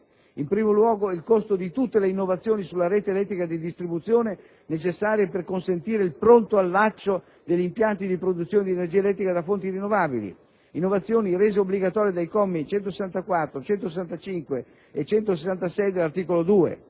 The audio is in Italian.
In primo luogo, il costo di tutte le innovazioni sulla rete elettrica di distribuzione necessarie per consentire il pronto allaccio degli impianti di produzione di energia elettrica da fonti rinnovabili, innovazioni rese obbligatorie dai commi 164, 165 e 166 dell'articolo 2.